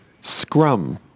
Scrum